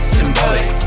symbolic